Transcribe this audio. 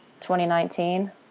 2019